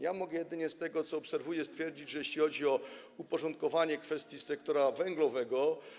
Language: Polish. Ja mogę jedynie, z tego co obserwuję, stwierdzić, że jeśli chodzi o uporządkowanie kwestii sektora węglowego.